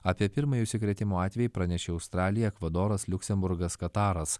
apie pirmąjį užsikrėtimo atvejį pranešė australija ekvadoras liuksemburgas kataras